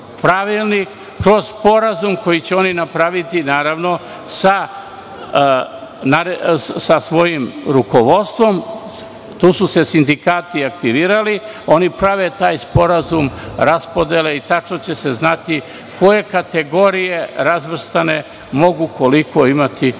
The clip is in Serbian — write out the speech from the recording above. kroz sporazum koji će oni napraviti, naravno, sa svojim rukovodstvom. Tu su se sindikati aktivirali. Oni prave taj sporazum raspodele i tačno će se znati koje kategorije razvrstane mogu koliko imati